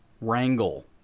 Wrangle